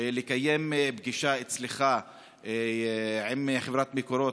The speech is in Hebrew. לקיים פגישה אצלך עם חברת מקורות,